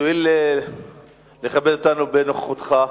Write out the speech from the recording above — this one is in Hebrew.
תואיל לכבד אותנו בנוכחותך.